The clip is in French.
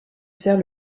faire